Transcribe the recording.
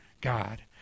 God